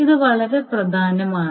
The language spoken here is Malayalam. ഇത് വളരെ പ്രധാനമാണ്